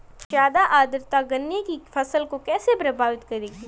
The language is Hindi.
ज़्यादा आर्द्रता गन्ने की फसल को कैसे प्रभावित करेगी?